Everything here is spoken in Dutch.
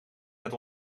met